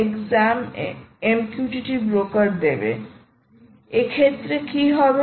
এক্ষেত্রে কি হবে